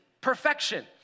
perfection